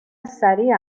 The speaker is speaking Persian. سریع